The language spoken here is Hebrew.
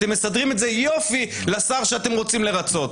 אתם מסדרים את זה יופי לשר שאתם רוצים לרצות.